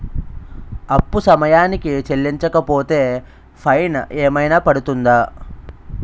అప్పు సమయానికి చెల్లించకపోతే ఫైన్ ఏమైనా పడ్తుంద?